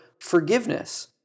forgiveness